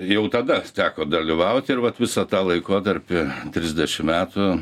jau tada teko dalyvauti ir vat visą tą laikotarpį trisdešim metų